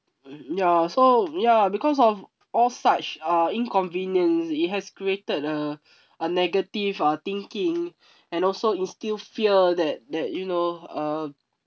ya so ya because of all such uh inconvenience it has created a a negative uh thinking and also instill fear that that you know uh